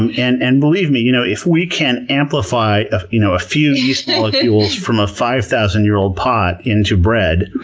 and and and believe me you know if we can amplify you know a few yeast molecules from a five thousand year old pot into bread,